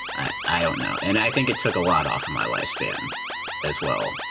i don't know. and i think it took a lot off of my lifespan as well,